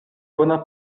bona